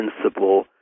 principle